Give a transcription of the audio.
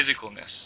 physicalness